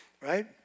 right